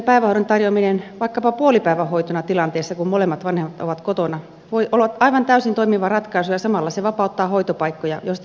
subjektiivisen päivähoidon tarjoaminen vaikkapa puolipäivähoitona tilanteessa jossa molemmat vanhemmat ovat kotona voi olla täysin toimiva ratkaisu ja samalla se vapauttaa hoitopaikkoja joista entuudestaankin on pula